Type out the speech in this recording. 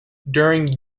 during